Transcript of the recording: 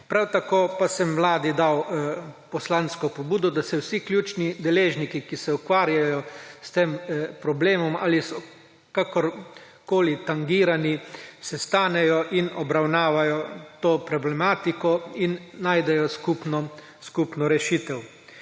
Prav tako pa sem Vladi dal poslansko pobudo, da se vsi ključni deležniki, ki se ukvarjajo s tem problemom ali so kakorkoli tangirani, sestanejo in obravnavajo to problematiko in najdejo skupno rešitev.